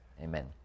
Amen